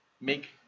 make